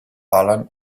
alan